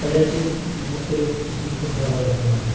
تَتہِ حظ چھِ أسۍ مختلف قٕسمٕک دَرواز بَناوان